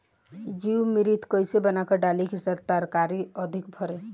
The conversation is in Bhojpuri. जीवमृत कईसे बनाकर डाली की तरकरी अधिक फरे?